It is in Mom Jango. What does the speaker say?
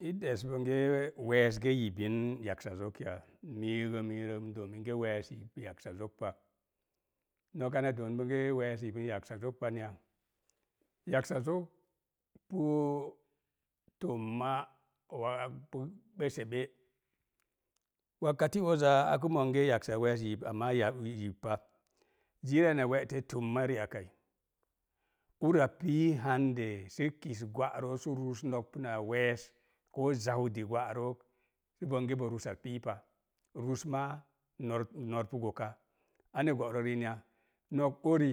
I des bonge we̱es ge yipyin yaksa zok ya? Mil gə, miirə gə minge we̱e̱s yip yaksa zok pa. No̱k an n doon ge we̱e̱s yip yaksa zok pan ya? Yaksa zok puu tumma wa pu ɓesebe. Wakkak oza akə monge yaksa we̱e̱s yip amma ya yip pa. Ziriya na we̱'te tumma ri, akkai ura pii hande sə kis gwa'rooz sə rus no̱k puna we̱e̱s koo zaudi gwə'rooz pə bone bo rusaz pii pa. Rus maa nor nor pu goka. Ane gera riin ya? Nok ori